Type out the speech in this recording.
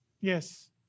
Yes